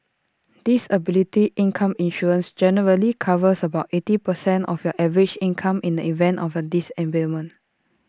disability income insurance generally covers about eighty percent of your average income in the event of A disablement